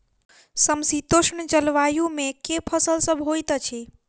समशीतोष्ण जलवायु मे केँ फसल सब होइत अछि?